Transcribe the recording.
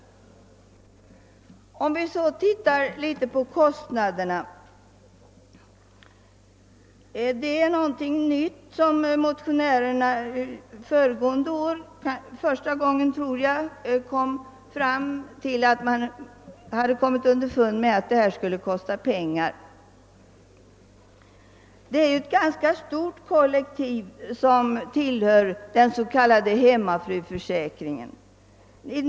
Låt oss sedan titta litet på kostnaderna! Det var något nytt för motionärerna när de föregående år kom underfund med att deras förslag skulle kosta mycket pengar. Det är ett ganska stort kollektiv som tillhör den s.k. hemmafruförsäkringen.